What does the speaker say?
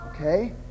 Okay